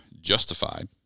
justified